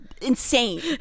insane